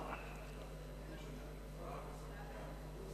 ארבע דקות לרשותך.